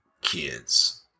kids